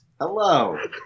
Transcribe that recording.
Hello